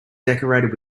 decorated